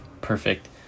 Perfect